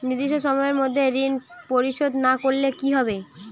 নির্দিষ্ট সময়ে মধ্যে ঋণ পরিশোধ না করলে কি হবে?